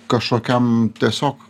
kažkokiam tiesiog